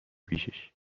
پیشش